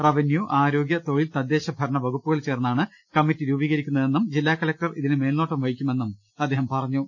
revenue ആരോ ഗൃ തൊഴിൽ തദ്ദേശഭരണ വകുപ്പുകൾ ചേർന്നാണ് കമ്മറ്റി രൂപീക രിക്കുന്നതെന്നും ജില്ലാ കലക്ടർ ഇതിന് മേൽനോട്ടം വഹിക്കുമെന്നും നൂഹ് അറിയിച്ചു